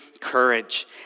courage